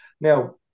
now